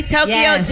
Tokyo